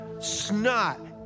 Snot